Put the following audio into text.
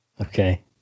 Okay